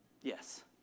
yes